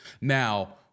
now